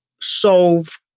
solve